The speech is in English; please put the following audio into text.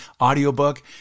audiobook